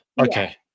Okay